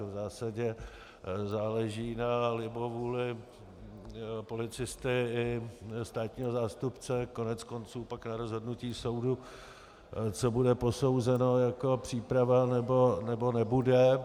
V zásadě záleží na libovůli policisty i státního zástupce, koneckonců pak na rozhodnutí soudu, co bude posouzeno jako příprava, nebo nebude.